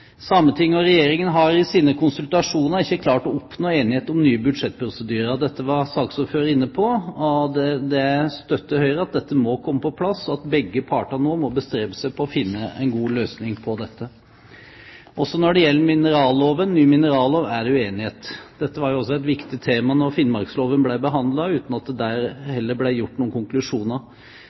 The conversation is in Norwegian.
Sametinget og Regjeringen har i sine konsultasjoner ikke klart å oppnå enighet om nye budsjettprosedyrer. Dette var saksordføreren inne på, og Høyre støtter at dette må komme på plass og at begge parter nå må bestrebe seg på å finne en god løsning på dette. Også når det gjelder ny minerallov, er det uenighet. Dette var jo også et viktig tema da finnmarksloven ble behandlet, uten at det der heller ble gjort